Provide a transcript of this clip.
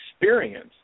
experience